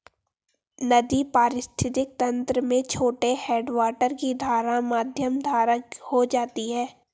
नदी पारिस्थितिक तंत्र में छोटे हैडवाटर की धारा मध्यम धारा हो जाती है